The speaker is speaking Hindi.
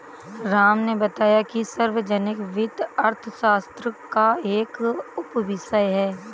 राम ने बताया कि सार्वजनिक वित्त अर्थशास्त्र का एक उपविषय है